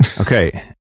Okay